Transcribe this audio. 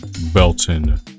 Belton